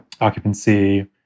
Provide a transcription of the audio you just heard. occupancy